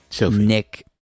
Nick